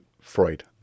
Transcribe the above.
Freud